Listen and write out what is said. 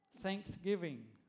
thanksgiving